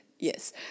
Yes